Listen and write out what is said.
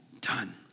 done